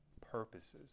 purposes